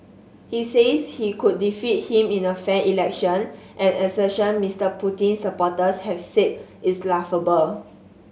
he says he could defeat him in a fair election an assertion Mister Putin's supporters have said is laughable